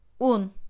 Un